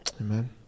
Amen